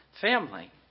family